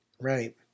Right